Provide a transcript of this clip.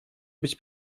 być